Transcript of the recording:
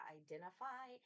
identify